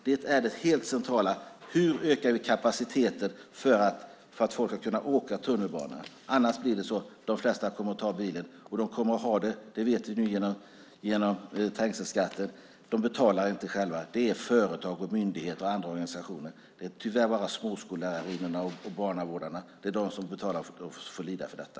Detta är det helt centrala: Hur ökar vi kapaciteten så att folk kan åka tunnelbana? Annars kommer de flesta att ta bilen. Vi vet också att de inte betalar trängselskatten själva, utan det gör företag, myndigheter och andra organisationer. Det är tyvärr småskolelärarinnorna och barnavårdarna som får lida för detta.